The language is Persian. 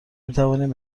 میتوانیم